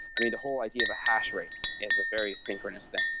i mean, the whole idea of a hash rate is a very synchronous thing,